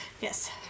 Yes